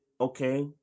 okay